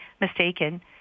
mistaken